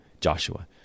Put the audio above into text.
Joshua